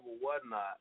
whatnot